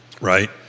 Right